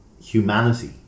humanity